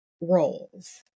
roles